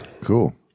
cool